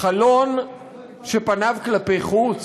חלון שפניו כלפי חוץ,